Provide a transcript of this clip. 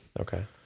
Okay